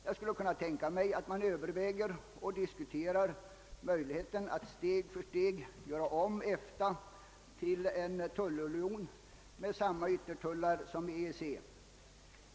Jag skulle kunna tänka mig att man diskuterar möjligheten att steg för steg göra om EFTA till en tullunion med samma yttertullar som EEC.